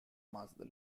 mazda